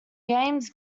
games